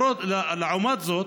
לעומת זאת,